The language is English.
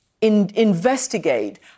investigate